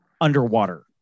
underwater